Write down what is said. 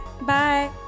bye